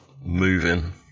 moving